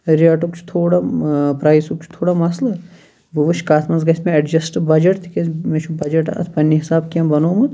ریٹُک چھُ تھوڑا پرایسُک چھُ تھوڑا مَسلہٕ بہٕ وٕچھِ کتھ مَنٛز گَژھِ مےٚ ایٚڈجَسٹ بَجَٹ تکیاز مےٚ چھُ بَجَٹ اتھ پَننہِ حِسابہ کینٛہہ بَنومُت